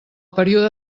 període